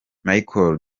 michael